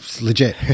legit